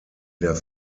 der